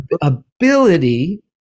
ability